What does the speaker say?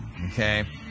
okay